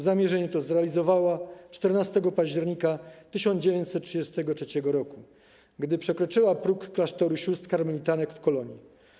Zamierzenie to zrealizowała 14 października 1933 r., gdy przekroczyła próg klasztoru sióstr karmelitanek w Kolonii.